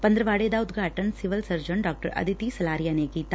ਪੰਦਰਵਾੜੇ ਦਾ ਉਦਘਾਟਨ civil surgeon doctor Aditi Salaria ਨੇ ਕੀਤਾ